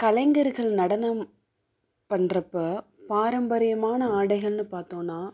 கலைஞர்கள் நடனம் பண்ணுறப்ப பாரம்பரியமான ஆடைகள்னு பார்த்தோன்னா